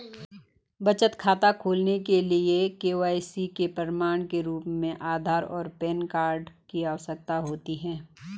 बचत खाता खोलने के लिए के.वाई.सी के प्रमाण के रूप में आधार और पैन कार्ड की आवश्यकता होती है